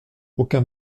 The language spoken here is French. aucun